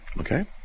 Okay